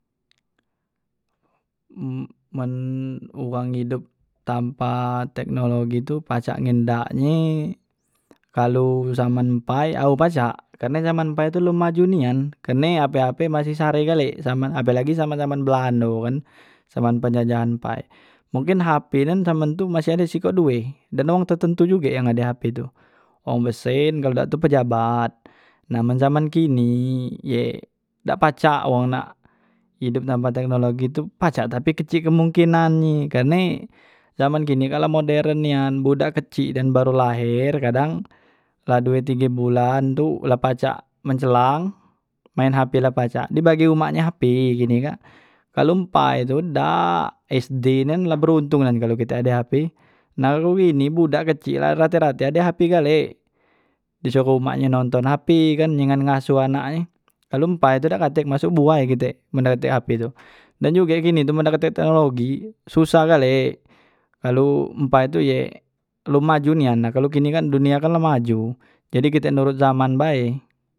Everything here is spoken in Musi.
men uwang idop tanpa teknologi tu pacak ngendaknye, kalo zaman mpai ao pacak karne njaman mpai tu lom maju nian kerne ape ape masih sare gale, zaman ape lagi zaman zaman belando kan, zaman penjajahan mpai, mungkin hp nyan zaman tu masih ado sikok due dan wong tetentu juge yang ado hp tu, wong be sen kalu dak tu pejabat, nah men zaman kini ye dak pacak wong nak idop tanpa teknologi tu, pacak tapi kecik kemungkinannye karne zaman kini kak la modern nian budak kecik nian baru laher kadang la due tige bulan tu la pacak mencelang, main hp la pacak, dibagi umaknye hp gini kak, kalu mpai tu dak, sd nyan la beruntung nyan kalu kite ade hp, nah lu ini budak kecik la rate rate ade hp gale, disuruh umaknye nonton hp ye kan dengen ngasuh anaknye, kalo mpai tu dak katek masuk buai kite men dak katek hp tu, dan juge gini tu men dak katek teknologi susah gale, kalo mpai tu ye lom maju nian nah kalo gini kan dunia kan la maju, jadi kite nurut zaman bae.